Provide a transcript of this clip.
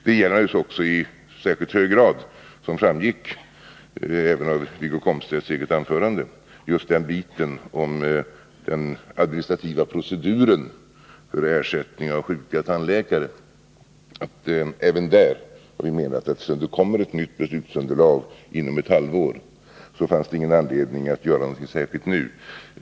Det gäller naturligtvis också i särskilt hög grad, som framgick även av Wiggo Komstedts anförande, just avsnittet om den administrativa proceduren när det gäller att få ersättare för sjuka tandläkare. Även på den punkten har vi hänvisat till att det kommer ett nytt beslutsunderlag inom ett halvår, varför det inte funnits anledning att göra något särskilt nu.